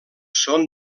són